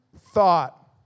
thought